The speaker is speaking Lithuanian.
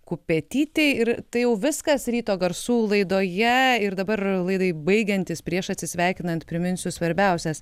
kupetytei ir tai jau viskas ryto garsų laidoje ir dabar laidai baigiantis prieš atsisveikinant priminsiu svarbiausias